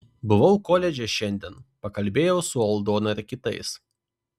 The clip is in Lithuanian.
buvau koledže šiandien pakalbėjau su aldona ir kitais